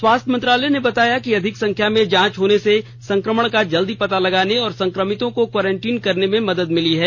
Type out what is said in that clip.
स्वास्थ्य मंत्रालय ने बताया कि अधिक संख्या में जांच होने से संक्रमण का जल्दी पता लगाने और संक्रमितों को क्वार्रेटीन करने में मदद मिली है